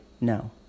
no